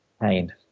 pain